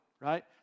right